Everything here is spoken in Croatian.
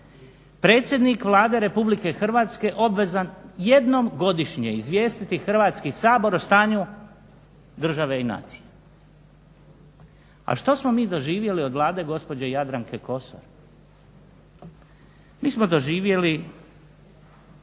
predsjednik Vlade Republike Hrvatske obvezan jednom godišnje izvijestiti Hrvatski sabor o stanju države i nacije. A što smo mi doživjeli od Vlade gospođe Jadranke Kosor? Mi smo doživjeli